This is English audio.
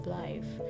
life